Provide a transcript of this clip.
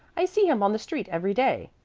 i see him on the street every day.